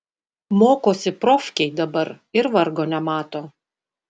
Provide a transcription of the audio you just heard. mokosi profkėj dabar ir vargo nemato